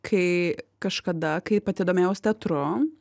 kai kažkada kai pati domėjaus teatru